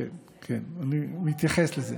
נסגרו השנה.